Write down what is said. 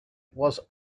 was